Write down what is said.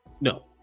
No